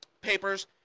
Papers